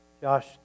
Josh